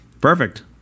Perfect